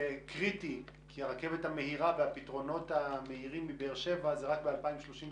קריטי כי הרכבת המהירה והפתרונות המהירים מבאר שבע רק ב-2033